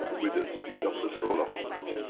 with the speed of the soul of the man.